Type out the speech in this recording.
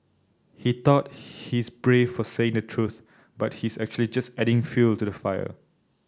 he thought he's brave for saying the truth but he's actually just adding fuel to the fire